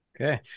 okay